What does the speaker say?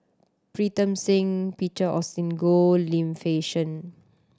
Pritam Singh Peter Augustine Goh Lim Fei Shen